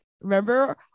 Remember